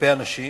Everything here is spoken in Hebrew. כלפי אנשים,